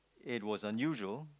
it was unusual